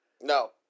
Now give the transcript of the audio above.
No